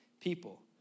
people